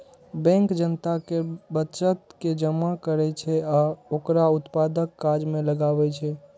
bank जनता केर बचत के जमा करै छै आ ओकरा उत्पादक काज मे लगबै छै